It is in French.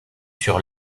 sur